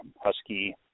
Husky